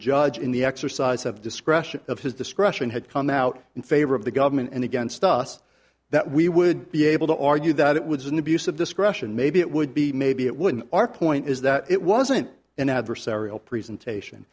judge in the exercise of discretion of his discretion had come out in favor of the government and against us that we would be able to argue that it was an abuse of discretion maybe it would be maybe it wouldn't our point is that it wasn't an adversarial presentation